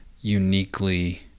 uniquely